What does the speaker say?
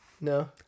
No